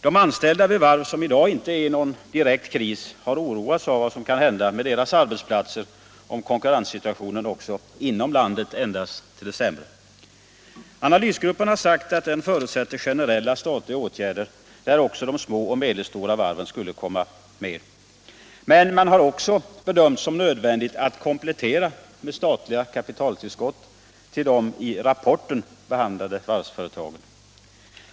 De anställda vid varv som i dag inte är i en direkt kris har oroats av vad som kan hända vid deras arbetsplatser, om konkurrenssituationen också inom landet ändras väsentligt. Analysgruppen har sagt att den förutsätter generella statliga åtgärder, där också de små och medelstora varven skulle komma med. Men man har även bedömt det nödvändigt att komplettera med statliga kapitaltillskott till de i rapporten behandlade varvsföretagen.